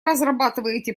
разрабатываете